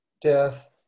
death